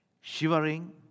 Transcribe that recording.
shivering